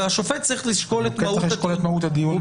אבל השופט צריך לשקול את מהות הדיון,